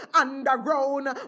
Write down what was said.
underground